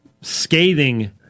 scathing